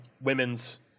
women's